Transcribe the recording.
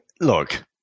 look